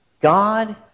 God